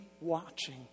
watching